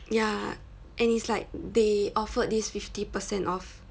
ya and it's like they offered this fifty percent off